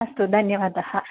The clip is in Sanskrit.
अस्तु धन्यवादः